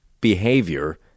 behavior